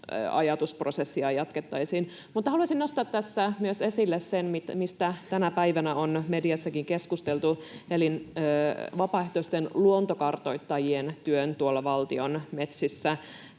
ajatusprosessia jatkettaisiin, mutta haluaisin nostaa tässä esille myös sen, mistä tänä päivänä on mediassakin keskusteltu, eli vapaaehtoisten luontokartoittajien työn tuolla valtion metsissä.